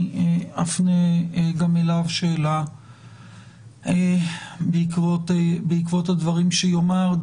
אני אפנה גם אליו שאלה בעקבות הדברים שיאמר.